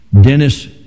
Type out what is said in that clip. Dennis